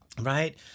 Right